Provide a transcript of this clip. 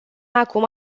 acum